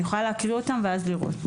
אני יכולה להקריא אותם ואז נראה.